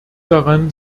daran